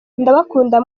ndabakunda